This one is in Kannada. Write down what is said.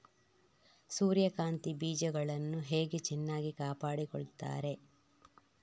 ಸೂರ್ಯಕಾಂತಿ ಬೀಜಗಳನ್ನು ಹೇಗೆ ಚೆನ್ನಾಗಿ ಕಾಪಾಡಿಕೊಳ್ತಾರೆ?